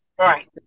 Right